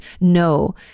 No